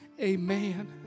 Amen